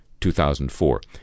2004